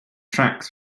tracks